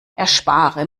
erspare